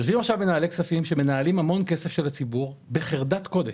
יושבים עכשיו מנהלי כספים שמנהלים המון כסף של הציבור בחרדת קודש.